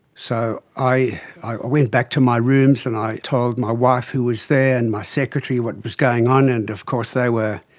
so i i went back to my rooms and i told my wife who was there and my secretary what was going on, and of course they were